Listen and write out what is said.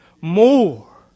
more